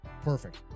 Perfect